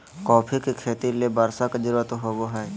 coffee के खेती ले बर्षा के जरुरत होबो हइ